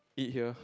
eat here